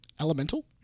Elemental